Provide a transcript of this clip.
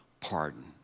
pardon